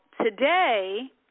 today